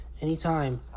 Anytime